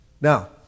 Now